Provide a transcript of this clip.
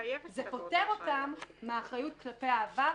זה פוטר אותם מן האחריות כלפי העבר.